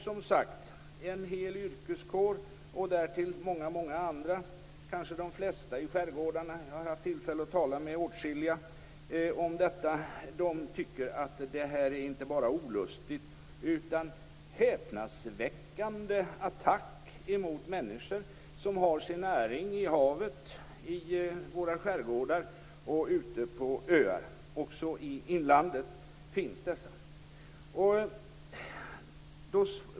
Som sagt: En hel yrkeskår och därtill många andra, kanske de flesta i skärgårdarna - jag har haft tillfälle att tala med åtskilliga om detta - tycker att detta inte bara är olustigt utan en häpnadsväckande attack mot människor som har sin näring i havet, i våra skärgårdar, ute på öar och även i inlandet.